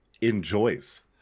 enjoys